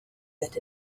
that